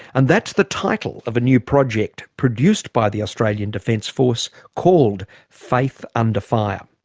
and that's the title of a new project produced by the australian defence force called faith under fire.